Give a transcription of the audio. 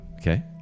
Okay